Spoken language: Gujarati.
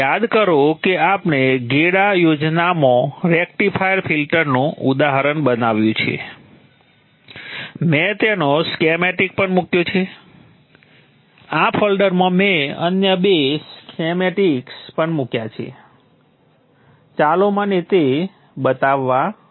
યાદ કરો કે આપણે gEDA યોજનામાં રેક્ટિફાયર ફિલ્ટરનું ઉદાહરણ બનાવ્યું છે મેં તેનો સ્કીમેટિક પણ મુક્યો છે આ ફોલ્ડરમાં મેં અન્ય બે સ્કીમેટિક્સ પણ મૂક્યા છે ચાલો મને તે તમને બતાવવા દો